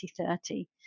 2030